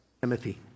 Timothy